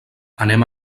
anem